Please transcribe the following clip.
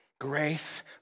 Grace